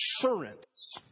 assurance